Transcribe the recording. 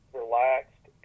relaxed